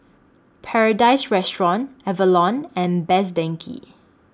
Paradise Restaurant Avalon and Best Denki